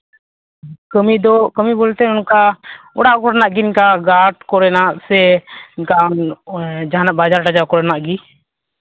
ᱠᱟᱹᱢᱤᱫᱚ ᱠᱟᱹᱢᱤ ᱵᱚᱞᱛᱮ ᱚᱱᱠᱟ ᱚᱲᱟᱜ ᱠᱚᱨᱮᱱᱟᱜ ᱜᱮ ᱤᱱᱠᱟ ᱜᱟᱨᱰ ᱠᱚᱨᱮᱱᱟᱜ ᱥᱮ ᱚᱱᱠᱟ ᱟᱢ ᱡᱟᱦᱟᱱᱟᱜ ᱵᱟᱡᱟᱨ ᱴᱟᱡᱟᱨ ᱠᱚᱨᱮᱱᱟᱜ ᱜᱮ